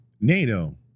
NATO